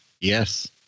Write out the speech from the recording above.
Yes